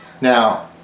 Now